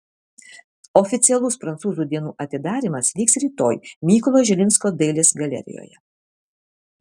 oficialus prancūzų dienų atidarymas vyks rytoj mykolo žilinsko dailės galerijoje